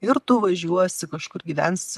ir tu važiuosi kažkur gyvensi